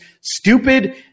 stupid